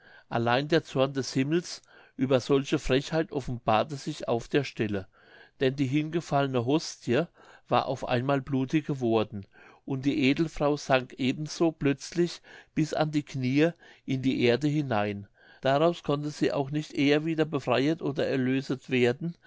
allein der zorn des himmels über solche frechheit offenbarte sich auf der stelle denn die hingefallene hostie war auf einmal blutig geworden und die edelfrau sank eben so plötzlich bis an die kniee in die erde hinein daraus konnte sie auch nicht eher wieder befreiet oder erlöset werden